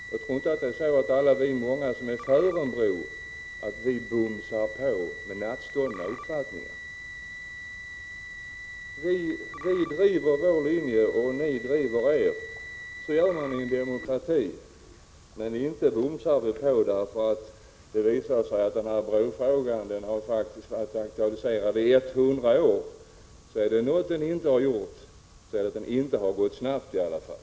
Jag tror inte att det är så att vi många som är för en bro ”bumsar” på med nattståndna uppfattningar. Vi driver vår linje, och ni driver er. Så gör man i en demokrati. Men inte ”bumsar” vi på. Den här frågan har faktiskt varit aktualiserad i etthundra år, så inte kan man säga att det har gått snabbt i alla fall.